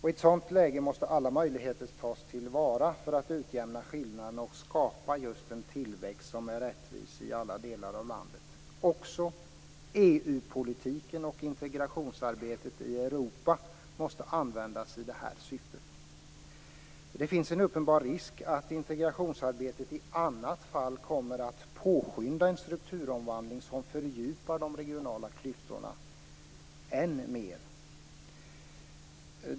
I ett sådant läge måste alla möjligheter tas till vara för att utjämna skillnaderna och skapa en tillväxt som är rättvis i alla delar av landet. Också EU-politiken och integrationsarbetet i Europa måste användas i det syftet. Det finns en uppenbar risk att integrationsarbetet i annat fall kommer att påskynda en strukturomvandling som fördjupar de regionala klyftorna än mer.